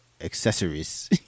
accessories